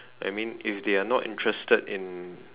I mean if they are not interested in